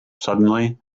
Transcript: suddenly